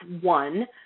one